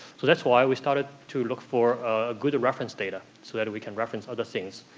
so that's why we started to look for good reference data so that we can reference other things.